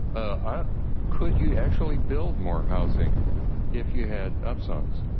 ah could you actually build more housing if you had up sones?